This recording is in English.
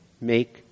make